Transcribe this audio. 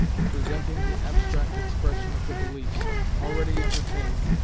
and presenting the abstract expression of the beliefs already entertained,